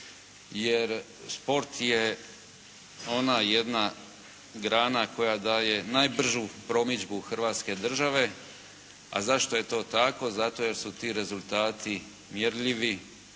jer šport je ona jedna grana koja daje najbržu promidžbu Hrvatske države. A zašto je to tako? Zato jer su ti rezultati mjerljivi,